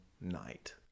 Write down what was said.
night